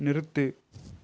நிறுத்து